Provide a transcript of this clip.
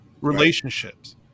Relationships